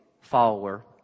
follower